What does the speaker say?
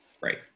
Right